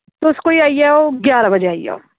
तुस कोई आई आओ ग्यारां बजे आई आओ